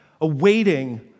awaiting